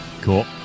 Cool